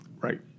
Right